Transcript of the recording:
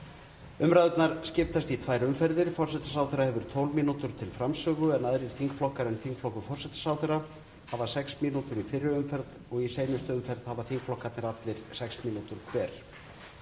Umræðurnar skiptast í tvær umferðir. Forsætisráðherra hefur 12 mínútur til framsögu en aðrir þingflokkar en þingflokkur forsætisráðherra hafa 6 mínútur í fyrri umferð og í seinni umferð hafa þingflokkarnir 6 mínútur hver.